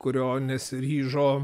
kurio nesiryžo